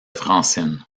francine